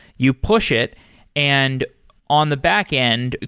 you push it and on the back-end,